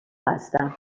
هستم